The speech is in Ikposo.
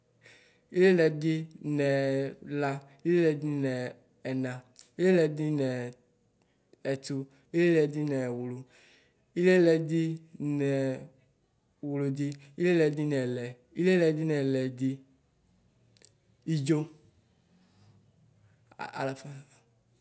Ilɩɛdi nɛla, Ilɩɛdi nɛ ɛna, ilɩɛlɛdɩ nɛ ɛtu, ilɩɛlɛdɩ nɛwlu, ilɩlɛdi nɛwludɩ, ilɩɛlɛdɩ nɛlɛ, ilɩɛlɛdɩ ñɛlɛdɩ, idzo alafa.